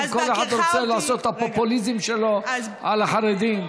כל אחד רוצה לעשות את הפופוליזם שלו על החרדים.